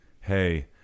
hey